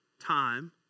time